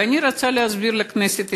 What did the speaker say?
ואני רוצה להסביר לכנסת ישראל: